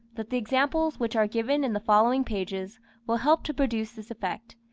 that the examples which are given in the following pages will help to produce this effect,